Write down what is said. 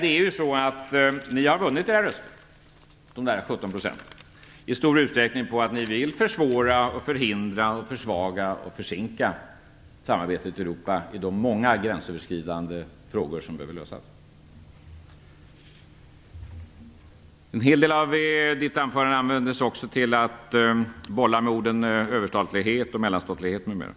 Ni har i stor utsträckning vunnit era röster, de 17 procenten, på att ni vill försvåra, förhindra, försvaga och försinka samarbetet i Europa i de många gränsöverskridande frågor som behöver lösas. En hel del av Peter Erikssons anförande användes också till att bolla med orden överstatlighet, mellanstatlighet, m.m.